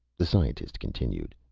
the scientist continued.